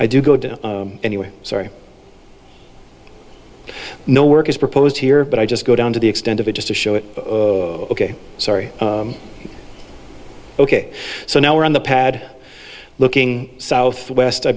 i do go down anyway sorry no work is proposed here but i just go down to the extent of it just to show it ok sorry ok so now we're on the pad looking southwest i